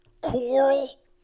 Coral